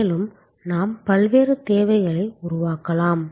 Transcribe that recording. மேலும் நாம் பல்வேறு தேவைகளை உருவாக்கலாம்